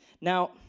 Now